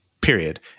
period